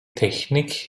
technik